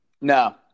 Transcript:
No